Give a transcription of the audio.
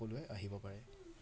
সকলোৱে আহিব পাৰে